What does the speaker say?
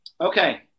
Okay